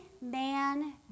man